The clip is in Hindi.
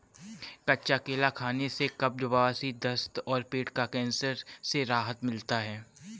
कच्चा केला खाने से कब्ज, बवासीर, दस्त और पेट का कैंसर से राहत मिलता है